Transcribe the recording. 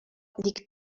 liegt